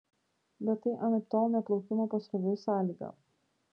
bet tai anaiptol ne plaukimo pasroviui sąlyga